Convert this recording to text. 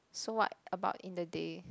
so what about in the day